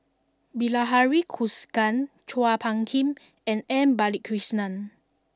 Bilahari Kausikan Chua Phung Kim and M Balakrishnan